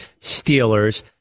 Steelers